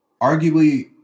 arguably